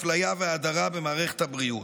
האפליה וההדרה במערכת הבריאות,